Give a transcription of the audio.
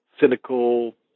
cynical